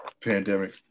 pandemic